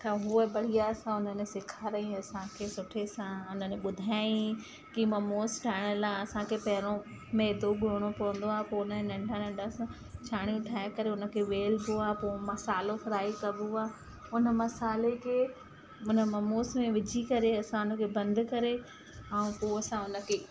त हूअ बढ़िया सां हुनन सेखारियाइं असांखे सुठे सां हुननि ॿुधायईं की ममोज़ ठाहिण लाइ असांखे पहिरियों मैदो ॻोहिणो पवंदो आहे पोइ हुनजा नंढा नंढा सा चाणियूं ठाहे करे हुनखे वेलबो आहे पोइ मसालो फ़्राई कबो आहे उन मसाले खे उन ममोज़ में विझी करे असां हुनखे बंदि करे ऐं पोइ असां उनखे